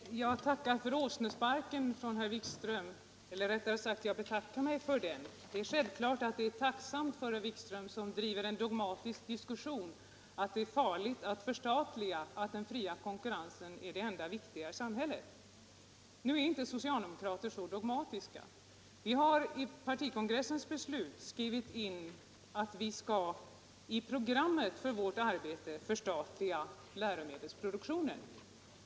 Herr talman! Jag betackar mig för åsnesparken från herr Wikström. Mitt uttalande var självklart tacksamt för herr Wikström som driver en dogmatisk diskussion om att det är farligt att förstatliga och att den fria konkurrensen är det enda riktiga i samhället. Nu är inte socialdemokrater så dogmatiska. Vi har efter partikongressens beslut skrivit in i programmet för vårt arbete att vi skall förstatliga läromedelsproduktionen.